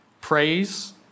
praise